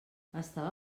estava